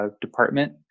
department